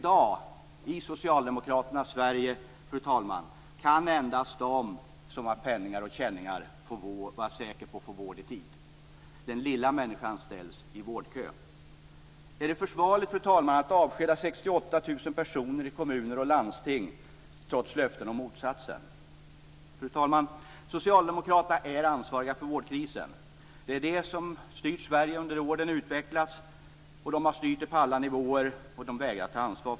I dag, i socialdemokraternas Sverige, kan endast de som har "penningar och känningar" vara säkra på att få vård i tid. Den lilla människan ställs i vårdkön. Fru talman! Socialdemokraterna är ansvariga för vårdkrisen. Det är de som har styrt Sverige under de år då vårdkrisen utvecklats.